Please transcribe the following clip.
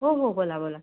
हो हो बोला बोला